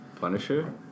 Punisher